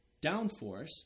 downforce